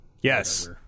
Yes